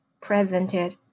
presented